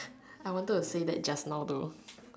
I wanted to say that just now though